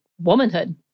womanhood